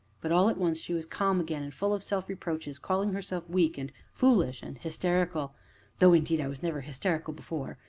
but, all at once, she was calm again, and full of self-reproaches, calling herself weak, and foolish, and hysterical though, indeed, i was never hysterical before!